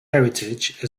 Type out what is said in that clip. heritage